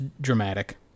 dramatic